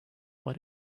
but